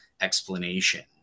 explanation